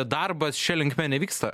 darbas šia linkme nevyksta